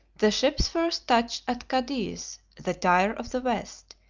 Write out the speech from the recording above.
the ships first touched at cadiz, the tyre of the west,